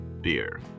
beer